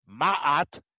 Ma'at